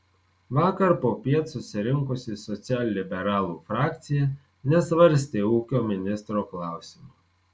vakar popiet susirinkusi socialliberalų frakcija nesvarstė ūkio ministro klausimo